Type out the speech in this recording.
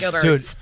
dude